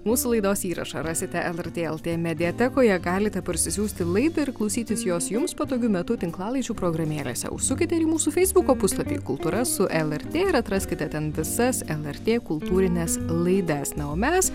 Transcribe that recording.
mūsų laidos įrašą rasite lrt lt mediatekoje galite parsisiųsti laidą ir klausytis jos jums patogiu metu tinklalaidžių programėlėse užsukite ir į mūsų feisbuko puslapį kultūra su lrt ir atraskite ten visas lrt kultūrines laidas na o mes